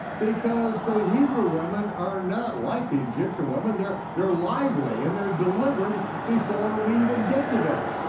because the hebrew women are not like the egyptian women, they're they're lively and they're delivered before we even get to them.